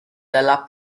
dalla